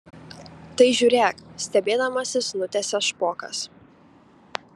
tai žiūrėk stebėdamasis nutęsia špokas